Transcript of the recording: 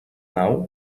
nau